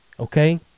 Okay